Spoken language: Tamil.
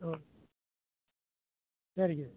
ஆ சரிங்க